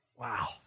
Wow